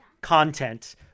content